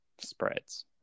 spreads